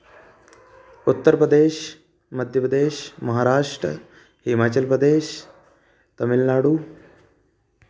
Uttar Pradesh Madhya Pradesh Maharashtra Himachal Pradesh Tamil Nadu